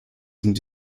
sind